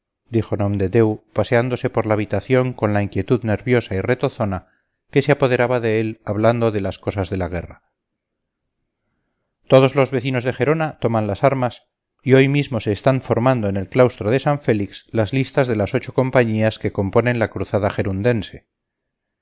nomdedeu paseándose por la habitación con la inquietud nerviosa y retozona que se apoderaba de él hablando de las cosas de la guerra todos los vecinos de gerona toman las armas y hoy mismo se están formando en el claustro de san félix las listas de las ocho compañías que componen la cruzada